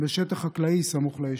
בשטח חקלאי בסמוך ליישוב.